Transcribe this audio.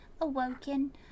awoken